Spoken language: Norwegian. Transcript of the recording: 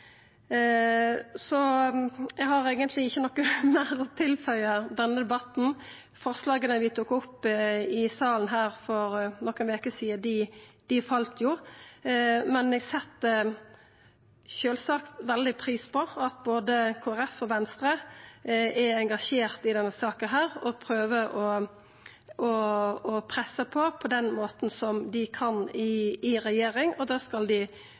Eg har eigentleg ikkje noko meir å tilføya denne debatten. Forslaga vi tok opp i salen her for nokre veker sidan, fall jo, men eg set sjølvsagt veldig pris på at både Kristeleg Folkeparti og Venstre er engasjerte i denne saka og prøver å pressa på på den måten dei kan i regjering, og det skal dei